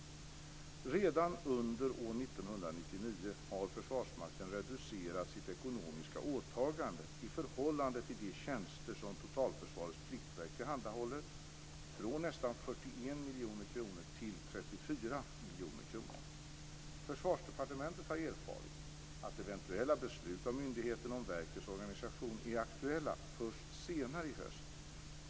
Redan under år 1999 har Försvarsmakten reducerat sitt ekonomiska åtagande i förhållande till de tjänster som Totalförsvarets pliktverk tillhandahåller från nästan 41 miljoner kronor till 34 miljoner kronor. Försvarsdepartementet har erfarit att eventuella beslut av myndigheten om verkets organisation är aktuella först senare i höst.